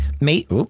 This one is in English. Mate